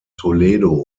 toledo